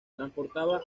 transportaba